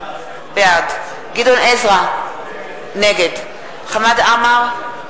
בעד גדעון עזרא, נגד חמד עמאר,